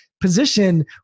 position